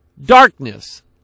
darkness